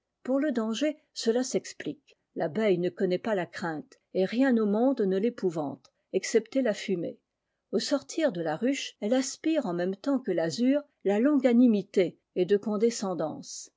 pour le danger cela s'explique l'abeille ne connaît pas la crainte et rien au monde ne l'épouvante excepté la fumée au sortir de la ruche elle aspire en même temps que l'azur la longanimité et de condescendance